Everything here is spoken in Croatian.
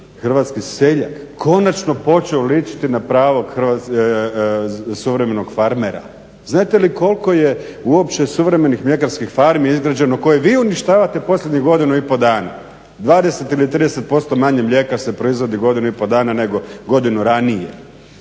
hrvatski seljak konačno počeo ličiti na pravog suvremenog farmera. Znate li koliko je uopće suvremenih mljekarskih farmi izgrađeno koje vi uništavate posljednjih godinu i pol dana? 20 ili 30% manje mlijeka se proizvodi godinu i pol dana nego godinu ranije.